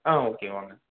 okay வாங்க